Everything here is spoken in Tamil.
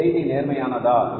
இந்த செய்தி நேர்மறையானதா